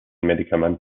medikament